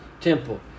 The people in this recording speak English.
temple